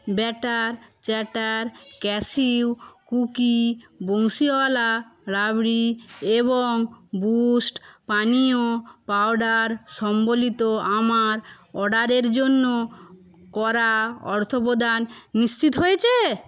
batter chatter cashew cookie Bansiwala rabri এবং Boost পানীয় powder সম্বলিত আমার অর্ডারের জন্য করা অর্থপ্রদান নিশ্চিত হয়েছে